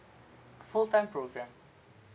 full time programme